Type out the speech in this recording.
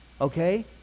okay